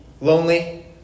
lonely